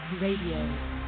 Radio